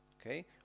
Okay